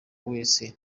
wese